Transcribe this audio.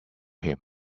him